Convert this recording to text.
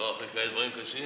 לא, אחרי כאלה דברים קשים.